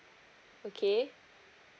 okay